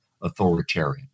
authoritarian